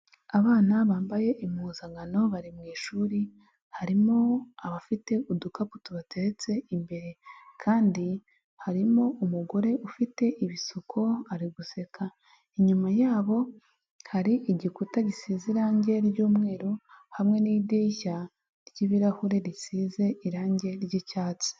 Abana bambaye impuzankano bari mu ishuri, harimo abafite udukapu tubateretse imbere kandi harimo umugore ufite ibisuko, ari guseka. Inyuma yabo hari igikuta gisize irangi ry'umweru, hamwe n'idirishya ry'ibirahure risize irangi ry'icyatsi.